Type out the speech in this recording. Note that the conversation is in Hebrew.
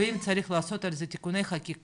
ואם צריך לעשות אילו שהם תיקוני חקיקה,